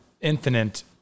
infinite